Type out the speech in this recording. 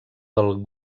del